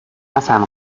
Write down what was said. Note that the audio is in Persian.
حسن